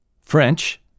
French